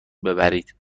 ببرید